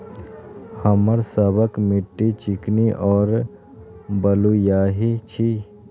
हमर सबक मिट्टी चिकनी और बलुयाही छी?